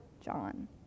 John